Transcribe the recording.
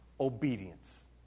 obedience